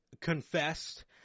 confessed